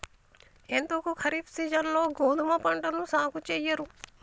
ఎందుకు ఖరీఫ్ సీజన్లో గోధుమ పంటను సాగు చెయ్యరు?